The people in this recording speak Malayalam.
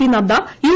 P Nadda U